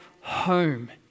home